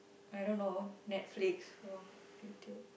I dunno Netflix or YouTube